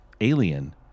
Alien